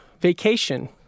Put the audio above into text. vacation